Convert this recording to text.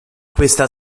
questa